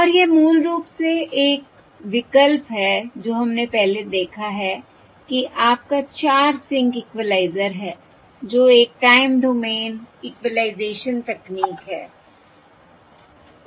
और यह मूल रूप से एक विकल्प है जो हमने पहले देखा है कि आपका 4 सिंक इक्वलाइज़र है जो एक टाइम डोमेन इक्विलाइज़ेशन तकनीक है